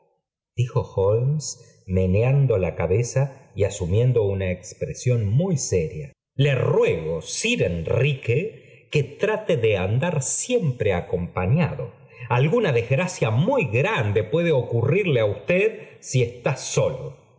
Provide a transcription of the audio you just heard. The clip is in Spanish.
meneando i a cabeza y asumiendo una expresión muy sena le ruego sir enrique que trate de andar siempre acompañado alguna desgracia muy grande puede oourrirle si está solo